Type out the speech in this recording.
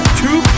two